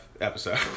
episode